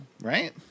Right